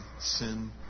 sin